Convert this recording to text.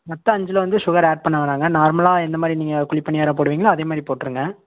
மற்ற அஞ்சில் வந்து சுகர் ஆட் பண்ண வேணாங்க நார்மலாக எந்த மாதிரி நீங்கள் குழிப்பணியாரம் போடுவிங்களோ அதே மாதிரி போட்டுருங்க